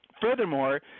Furthermore